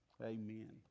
Amen